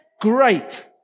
great